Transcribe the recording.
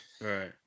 Right